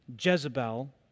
Jezebel